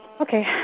Okay